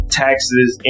taxes